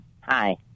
Hi